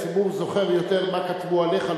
הציבור זוכר יותר מה כתבו עליך,